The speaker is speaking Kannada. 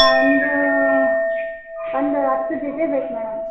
ಒಂದು ಒಂದು ಹತ್ತು ಬೇಕು ಮೇಡಮ್